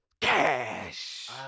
cash